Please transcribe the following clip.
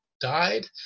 died